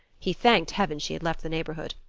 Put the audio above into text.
he thanked heaven she had left the neighborhood,